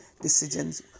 decisions